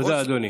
תודה, אדוני.